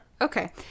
okay